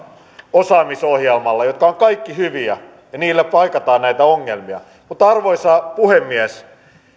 osaamisohjelmalla jotka ovat kaikki hyviä ja niillä paikataan näitä ongelmia mutta arvoisa puhemies